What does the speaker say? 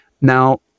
Now